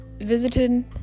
visited